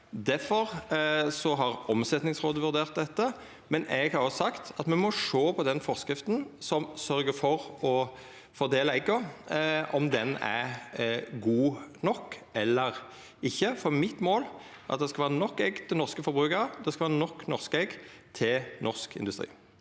Difor har Omsetningsrådet vurdert dette, men eg har òg sagt at me må sjå på om den forskrifta som sørgjer for å fordela egga, er god nok eller ikkje. Mitt mål er at det skal vera nok egg til norske forbrukarar, og det skal vera nok norske egg til norsk industri.